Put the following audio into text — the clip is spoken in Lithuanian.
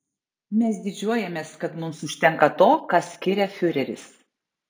mes didžiuojamės kad mums užtenka to ką skiria fiureris